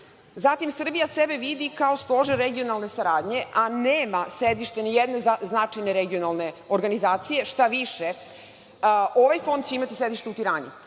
budžet. Zatim, Srbija sebe vidi kao stožera regionalne saradnje, a nema sedište nijedne značajne regionalne organizacije, štaviše ovaj fond će imati sedište u Tirani.